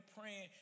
praying